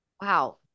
Wow